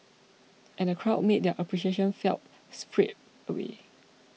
and the crowd made their appreciation felt straight away